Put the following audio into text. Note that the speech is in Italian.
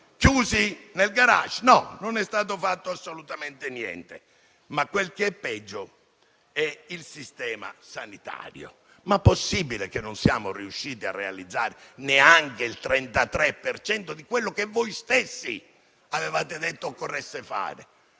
autobus nei *garage*? No, non è stato fatto assolutamente niente. Ma quel che è peggio è il sistema sanitario: possibile che non siamo riusciti a realizzare neanche il 33 per cento di quello che voi stessi avevate detto di voler fare